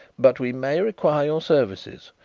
but we may require your services.